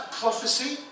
prophecy